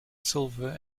silver